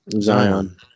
zion